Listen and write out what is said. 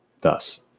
thus